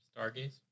Stargaze